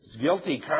guilty